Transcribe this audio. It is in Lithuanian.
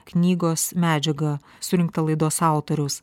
knygos medžiagą surinktą laidos autoriaus